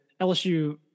LSU